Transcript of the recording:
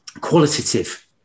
qualitative